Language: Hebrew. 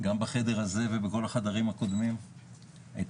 גם בחדר הזה ובכל החדרים הקודמים הייתה